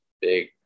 big